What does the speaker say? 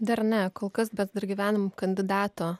dar ne kol kas mes dar gyvename kandidato